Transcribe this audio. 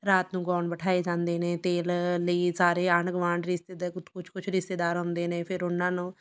ਰਾਤ ਨੂੰ ਗੌਣ ਬਿਠਾਏ ਜਾਂਦੇ ਨੇ ਤੇਲ ਲਈ ਸਾਰੇ ਆਂਢ ਗਵਾਂਢ ਰਿਸ਼ਤੇਦ ਕੁਛ ਕੁਛ ਰਿਸ਼ਤੇਦਾਰ ਆਉਂਦੇ ਨੇ ਫਿਰ ਉਹਨਾਂ ਨੂੰ